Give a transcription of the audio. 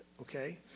Okay